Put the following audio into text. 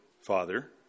Father